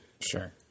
Sure